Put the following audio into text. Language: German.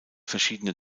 verschiedene